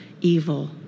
evil